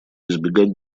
избегать